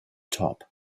top